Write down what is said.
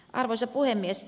arvoisa puhemies